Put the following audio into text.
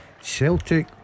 Celtic